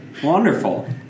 Wonderful